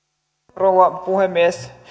rouva puhemies tässä